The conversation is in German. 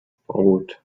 brot